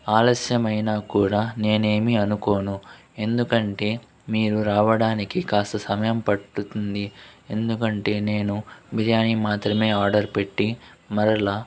ఆలస్యమైనా కూడా నేనేమీ అనుకోను ఎందుకంటే మీరు రావడానికి కాస్త సమయం పట్టుతుంది ఎందుకంటే నేను బిర్యాని మాత్రమే ఆర్డర్ పెట్టి మరల